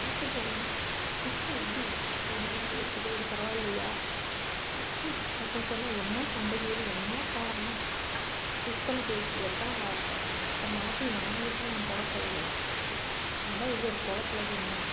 காற்று போகணும் பிச்சை எடு அப்படி இப்படின் பேசுதே இது பரவாயில்லையா அப்படி சொன்னால் என்ன சண்டைக்குது என்ன காரணம் எத்தனை பேச்சு எத்தனை வார்த்தை இத்தனை வார்த்தையும் வாங்கிட்டுதான் நான் பொழைப்பு பொழைக்கிறேன் ஏன்டா இருந்து இந்த பொழப்பு பொழைக்கணுமா